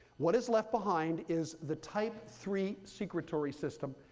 what is left behind is the type three secretory system,